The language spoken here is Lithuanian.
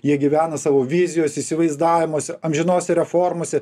jie gyvena savo vizijose įsivaizdavimuose amžinose reformose